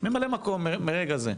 ממלא מקום מבחוץ,